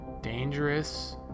dangerous